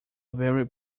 very